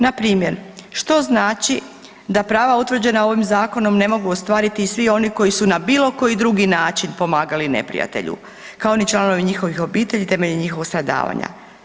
Na primjer što znači da prava utvrđena ovim zakonom ne mogu ostvariti i svi oni koji su na bilo koji drugi način pomagali neprijatelju, kao ni članovi njihovih obitelji temeljem njihovih stradavanja.